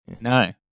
No